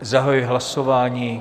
Zahajuji hlasování.